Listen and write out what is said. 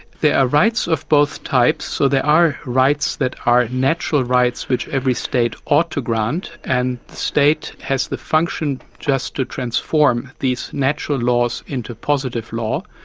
there are rights of both types, so there are rights that are natural rights which every state ought to grant, and the state has the function just to transform these natural laws into positive law,